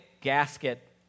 gasket